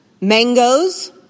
Mangoes